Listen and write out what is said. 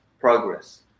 progress